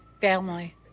family